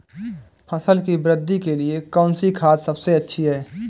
फसल की वृद्धि के लिए कौनसी खाद सबसे अच्छी है?